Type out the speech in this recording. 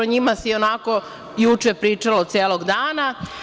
O njima se i onako juče pričalo celog dana.